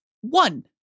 one